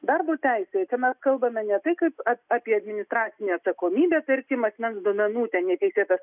darbo teisėje kai mes kalbame ne taip kaip apie administracinę atsakomybę tarkim asmens duomenų ten neteisėtas